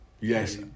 Yes